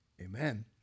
amen